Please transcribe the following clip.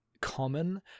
common